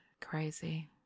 Crazy